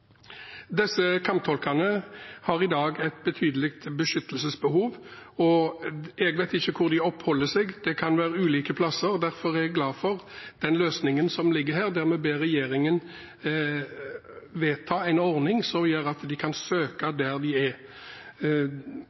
Disse kamptolkene har i dag et betydelig beskyttelsesbehov. Jeg vet ikke hvor de oppholder seg, det kan være ulike plasser. Derfor er jeg glad for den løsningen som ligger her, der man ber regjeringen vedta en ordning som gjør at kamptolkene kan søke der de er.